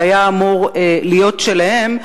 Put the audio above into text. שהיה אמור להיות שלהם,